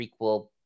prequel